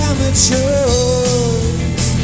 Amateurs